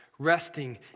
Resting